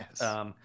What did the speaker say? Yes